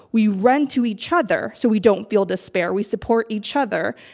we run to each other, so we don't feel despair. we support each other.